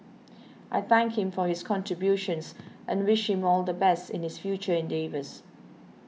I thank him for his contributions and wish him all the best in his future endeavours